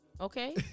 okay